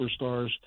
superstars